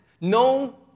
No